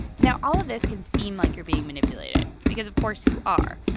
now, all of this can seem like you're being manipulated because, of course, you are.